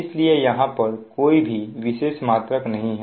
इसलिए यहां पर कोई भी विशेष मात्रक नहीं है